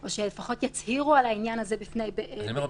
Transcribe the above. או שלפחות יצהירו על העניין הזה בפני בית משפט.